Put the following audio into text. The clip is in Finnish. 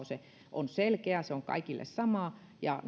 ja kristillisdemokraattien vastalause on selkeä se on kaikille sama ja